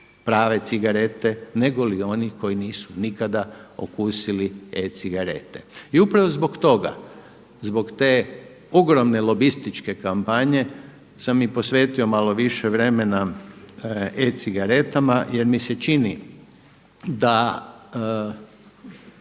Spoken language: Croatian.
prave cigarete nego li oni koji nisu nikada okusili e-cigarete. I upravo zbog toga, zbog te ogromne lobističke kampanje sam i posvetio malo više vremena e-cigaretama jer mi se čini da